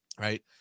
right